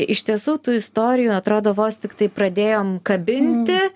iš tiesų tų istorijų atrodo vos tiktai pradėjom kabinti